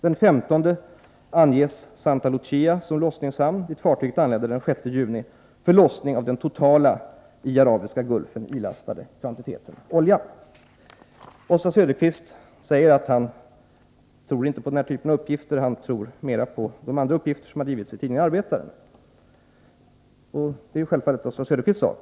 Den 15 angavs S:t Lucia som lossningshamn, och dit anlände fartyget den 6 juni för lossning av den totala i Arabiska golfen ilastade kvantiteten olja. Oswald Söderqvist säger att han inte tror på den här typen av uppgifter. Han tror mera på de uppgifter som har lämnats i tidningen Arbetaren. Det är självfallet Oswald Söderqvists sak.